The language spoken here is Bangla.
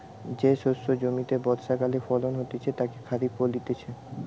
যে শস্য জমিতে বর্ষাকালে ফলন হতিছে তাকে খরিফ বলতিছে